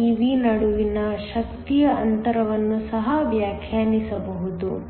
Ev ನಡುವಿನ ಶಕ್ತಿಯ ಅಂತರವನ್ನು ಸಹ ವ್ಯಾಖ್ಯಾನಿಸಬಹುದು